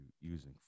using